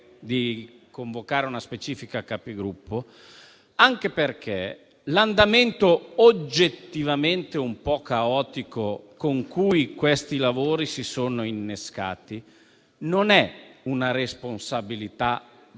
di convocare una specifica Conferenza dei Capigruppo, anche perché l'andamento oggettivamente un po' caotico con cui questi lavori si sono innescati non è una responsabilità di